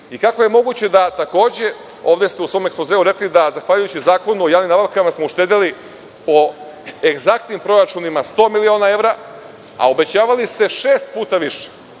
Kako je moguće da smo takođe, kako ste u svom ekspozeu rekli, zahvaljujući Zakonu o javnim nabavkama uštedeli, po egzaktnim proračunima, 100 miliona evra, a obećavali ste šest puta više?